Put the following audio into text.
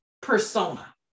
persona